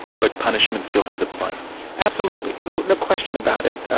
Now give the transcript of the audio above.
but punishment still has a place? absolutely, no no question about it.